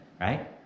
right